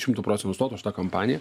šimtu procentų stot už tą kompaniją